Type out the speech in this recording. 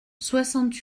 soixante